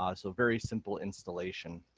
ah so very simple installation.